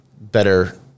better